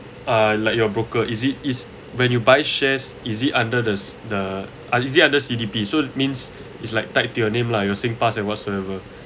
uh like your broker is it is when you buy shares is it under this the is it under C_D_P so means it's like tied to your name lah your singpass and whatsoever